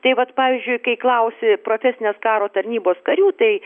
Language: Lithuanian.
tai vat pavyzdžiui kai klausi profesinės karo tarnybos karių tai